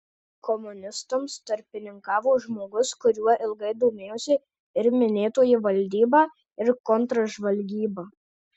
komunistams tarpininkavo žmogus kuriuo ilgai domėjosi ir minėtoji valdyba ir kontržvalgyba